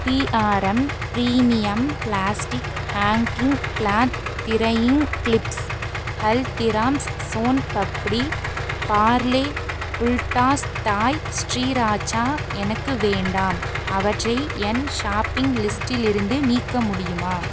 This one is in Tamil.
DRM premium plastic hanging cloth drying clips Haldiram's soan papdi Parle fulltoss Thai sriracha எனக்கு வேண்டாம் அவற்றை என் ஷாப்பிங் லிஸ்டிலிருந்து நீக்க முடியுமா